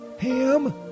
Ham